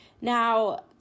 Now